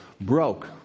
broke